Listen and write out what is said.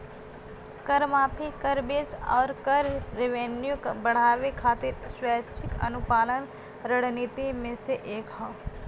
कर माफी, कर बेस आउर कर रेवेन्यू बढ़ावे खातिर स्वैच्छिक अनुपालन रणनीति में से एक हौ